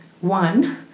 one